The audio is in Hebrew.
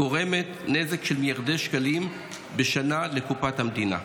הגורמת נזק של מיליארדי שקלים בשנה לקופת המדינה.